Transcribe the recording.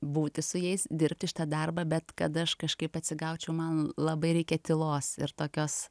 būti su jais dirbti šitą darbą bet kad aš kažkaip atsigaučiau man labai reikia tylos ir tokios